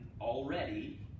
already